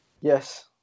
Yes